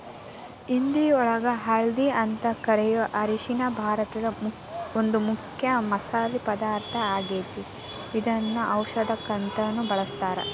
ಹಿಂದಿಯೊಳಗ ಹಲ್ದಿ ಅಂತ ಕರಿಯೋ ಅರಿಶಿನ ಭಾರತದ ಒಂದು ಮುಖ್ಯ ಮಸಾಲಿ ಪದಾರ್ಥ ಆಗೇತಿ, ಇದನ್ನ ಔಷದಕ್ಕಂತಾನು ಬಳಸ್ತಾರ